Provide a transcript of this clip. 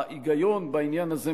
ההיגיון בעניין הזה,